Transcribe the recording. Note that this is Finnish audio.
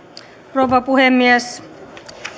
rouva puhemies